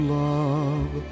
love